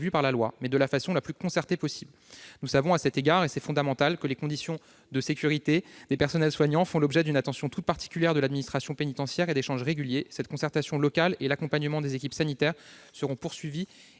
par la loi, mais de la façon la plus concertée possible. Nous savons, à cet égard- ce point est fondamental -, que les conditions de sécurité des personnels soignants font l'objet d'une attention toute particulière de l'administration pénitentiaire et d'échanges réguliers. Cette concertation locale et l'accompagnement des équipes sanitaires seront poursuivis et